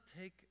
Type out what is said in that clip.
take